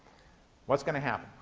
what's going to happen?